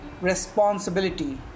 responsibility